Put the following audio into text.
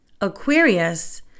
Aquarius